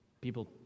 people